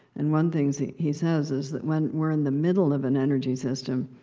and one thing he he says is that when we're in the middle of an energy system,